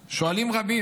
שואלים רבים: